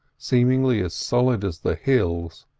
seemingly as solid as the hills,